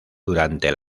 durante